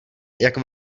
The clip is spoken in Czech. jak